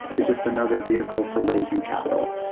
it's just another vehicle for raising capital.